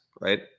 right